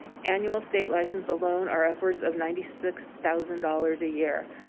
annual state license alone are upwards of ninety six thousand dollars a year.